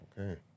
Okay